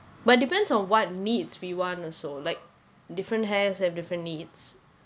but depends on what needs we want also like different hairs have different needs